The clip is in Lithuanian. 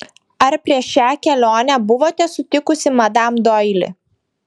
ar prieš šią kelionę buvote sutikusi madam doili